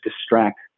distract